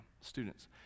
Students